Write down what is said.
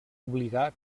obligar